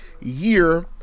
year